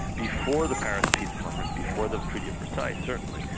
before the paris peace conference, before the treaty of versailles, certainly,